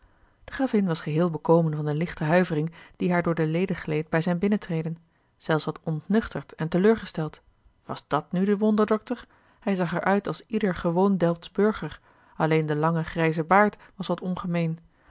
de gravin was geheel bekomen van de lichte huivering die haar door de leden gleed bij zijn binnentreden zelfs wat ontnuchterd en teleurgesteld was dàt nu de wonderdokter hij zag er uit als ieder gewoon delftsch burger alleen de lange grijze baard was wat ongemeen